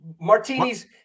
Martinis